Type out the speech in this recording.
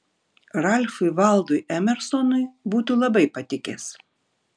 ralfui valdui emersonui būtų labai patikęs